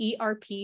ERP